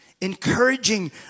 Encouraging